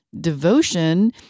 devotion